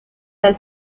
del